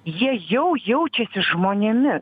jie jau jaučiasi žmonėmis